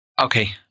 Okay